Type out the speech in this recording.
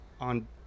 on